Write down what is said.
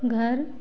घर